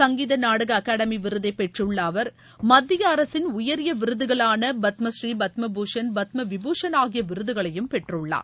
சங்கீத நாடக அகாடமி விருதை பெற்றுள்ள அவர் மத்திய அரசின் உயரிய விருதுகளான பத்மஸ்ரீ பத்ம பூஷன் பத்ம விபூஷன் ஆகிய விருதகளையும் பெற்றுள்ளார்